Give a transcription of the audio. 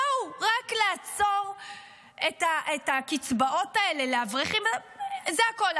זהו, רק לעצור את הקצבאות האלה לאברכים, זה הכול.